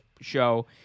show